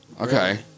Okay